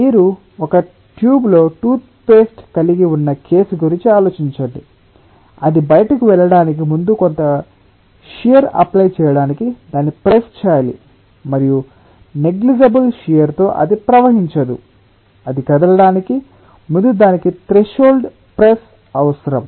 మీరు ఒక ట్యూబ్లో టూత్పేస్ట్ కలిగి ఉన్న కేసు గురించి ఆలోచించండి అది బయటికి వెళ్లడానికి ముందు కొంత షియర్ అప్లై చేయడానికి దాన్ని ప్రెస్ చేయాలి మరియు నేగ్లిజబుల్ షియర్ తో అది ప్రవహించదు అది కదలడానికి ముందు దానికి త్రెషోల్డ్ ప్రెస్ అవసరం